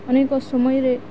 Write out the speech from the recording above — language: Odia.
ଅନେକ ସମୟରେ